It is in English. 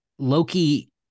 Loki